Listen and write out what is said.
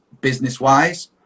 business-wise